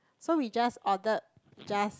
so we just ordered just